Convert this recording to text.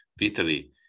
Italy